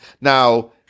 Now